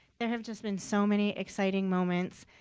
there have just been so many exciting moments.